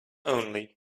only